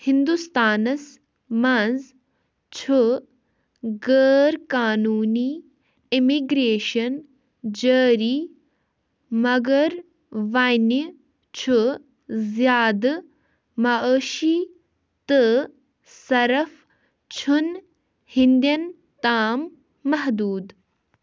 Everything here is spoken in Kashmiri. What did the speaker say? ہندوستانس منٛز چھُ غٲر قانونی اِمِگریشن جٲری مگر وۅنۍ چھُ زیادٕ معٲشی تہٕ صرف چھُنہٕ ہیٚندٮ۪ن تام محدوٗد